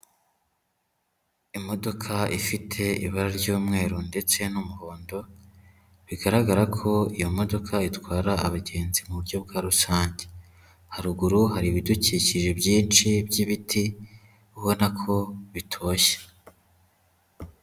Imodoka ifite ibara ry'umweru ndetse n'umuhondo, bigaragara ko iyo modoka itwara abagenzi mu buryo bwa rusange. Haruguru hari ibidukikije byinshi by'ibiti, ubona ko bitoshye.